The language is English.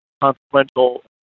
consequential